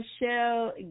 Michelle